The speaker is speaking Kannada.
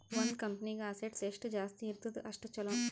ಒಂದ್ ಕಂಪನಿಗ್ ಅಸೆಟ್ಸ್ ಎಷ್ಟ ಜಾಸ್ತಿ ಇರ್ತುದ್ ಅಷ್ಟ ಛಲೋ